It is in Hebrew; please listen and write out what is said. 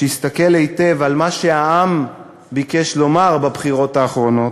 שיסתכל היטב על מה שהעם ביקש לומר בבחירות האחרונות,